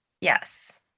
Yes